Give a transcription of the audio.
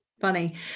Funny